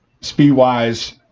speed-wise